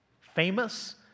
famous